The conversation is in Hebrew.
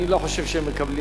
אני לא חושב שהם מקבלים